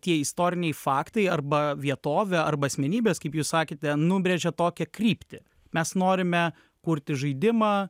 tie istoriniai faktai arba vietovė arba asmenybes kaip jūs sakėte nubrėžia tokią kryptį mes norime kurti žaidimą